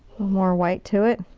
more white to it.